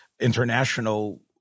international